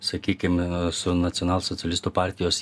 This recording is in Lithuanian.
sakykim su nacionalsocialistų partijos